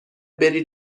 بری